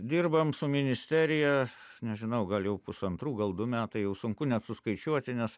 dirbam su ministerija nežinau gal jau pusantrų gal du metai jau sunku net suskaičiuoti nes